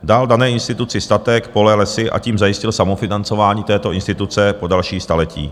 Dal dané instituci statek, pole, lesy, a tím zajistil samofinancování této instituce po další staletí.